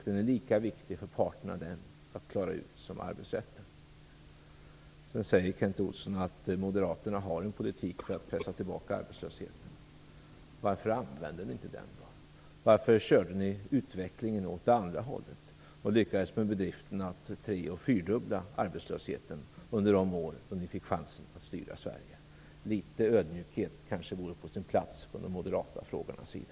De är lika viktiga för parterna att klara ut som arbetsrätten. Sedan säger Kent Olsson att Moderaterna har en politik för att pressa tillbaka arbetslösheten. Varför använde ni inte den då? Varför körde ni utvecklingen åt det andra hållet? Ni lyckades med bedriften att treoch fyrdubbla arbetslösheten under de år då ni fick chansen att styra Sverige? Litet ödmjukhet kanske vore på sin plats från de moderata frågeställarnas sida.